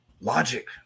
Logic